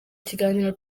ikiganiro